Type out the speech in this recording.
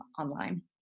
online